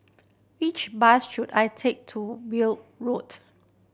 which bus should I take to Weld Road